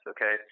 Okay